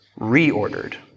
reordered